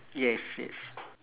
yes yes